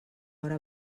hora